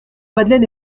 madeleine